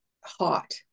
hot